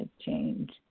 change